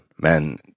men